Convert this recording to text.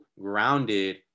grounded